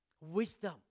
Wisdom